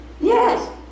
Yes